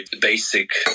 basic